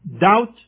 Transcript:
doubt